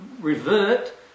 revert